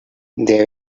they